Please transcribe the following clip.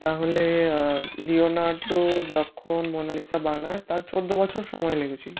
তাহলে লিওনার্ডো যখন মোনালিসা বানায় তার চৌদ্দ বছর সময় লেগেছিল